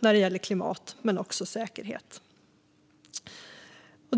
när det gäller både klimat och säkerhet.